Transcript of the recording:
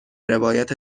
روایت